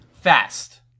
Fast